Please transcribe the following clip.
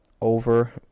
over